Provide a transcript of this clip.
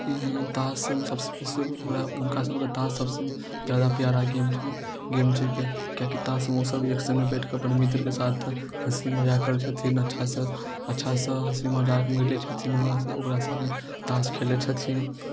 ई तास सबसे हुनका सबके तास सबसे जादा प्यारा गेम छै गेम छै किएकी तासमे ओसब एक सङ्गे बैठ कऽ अपन मित्रके साथ हँसी मजाक करैत छथिन अच्छासँ अच्छासँ हँसी मजाक मिलैत छथिन ओकरासँ ओकरा सङ्गे तास खेलैत छथिन